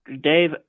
Dave